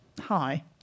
Hi